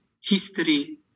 history